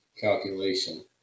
calculation